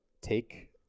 take